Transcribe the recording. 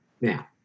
Now